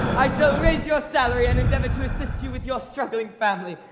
i shall raise your salary and endeavor to assist you with your struggling family.